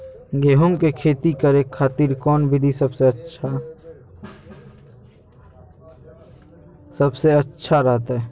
गेहूं के खेती करे खातिर कौन विधि सबसे अच्छा रहतय?